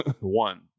One